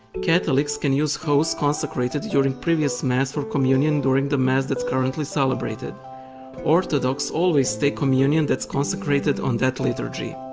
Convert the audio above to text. catholics can use hosts consecrated during previous mass for communion during the mass that's currently celebrated orthodox always take communion that's consecrated on that liturgy.